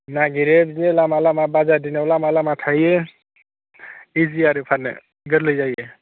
नागिरो बिदिनो लामा लामा बाजार दिनाव लामा लामा थायो इजि आरो फाननो गोरलै जायो